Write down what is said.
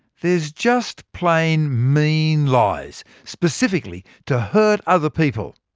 there's just plain mean lies, specifically to hurt other people,